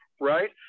right